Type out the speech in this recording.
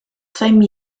same